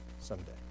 someday